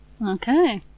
Okay